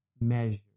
measure